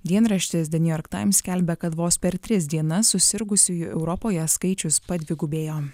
dienraštis de niujork taims skelbia kad vos per tris dienas susirgusiųjų europoje skaičius padvigubėjo